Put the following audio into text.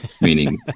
meaning